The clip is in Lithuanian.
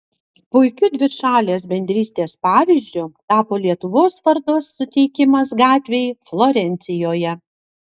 puikiu dvišalės bendrystės pavyzdžiu tapo lietuvos vardo suteikimas gatvei florencijoje